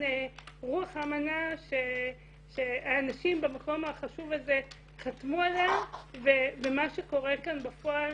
רוח האמנה שהאנשים במקום החשוב הזה חתמו עליה ומה שקורה כאן בפועל.